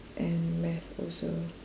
and math also